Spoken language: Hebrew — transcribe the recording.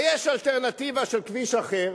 ויש אלטרנטיבה של כביש אחר.